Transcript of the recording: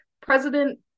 President